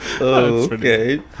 Okay